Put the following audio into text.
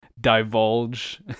divulge